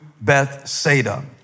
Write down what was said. Bethsaida